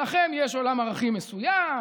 לכם יש עולם ערכים מסוים,